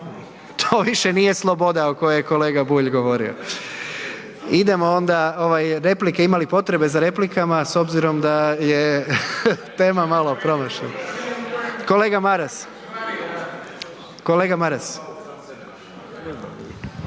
to više nije sloboda o kojoj je kolega Bulj govorio. Ima li potrebe za replikama s obzirom da je tema malo promašena? Kolega Maras. **Maras,